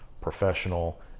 professional